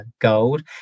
gold